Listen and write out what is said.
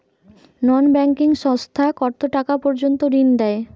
নন banking সংস্থা কতটাকা পর্যন্ত ঋণ দেয়?